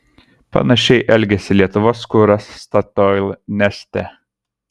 panašiai elgėsi lietuvos kuras statoil neste